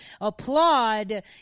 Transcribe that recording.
applaud